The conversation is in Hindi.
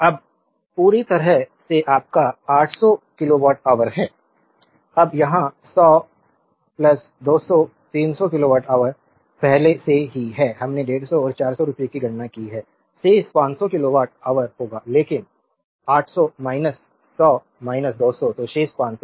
अब पूरी तरह से आपका 800 किलोवाट ऑवर है अब यहाँ 100 200 300 किलोवाट ऑवर पहले से ही है हमने 150 और 400 रुपये की गणना की है शेष 500 किलोवाट ऑवर होगा लेकिन 800 100 200 तो शेष 500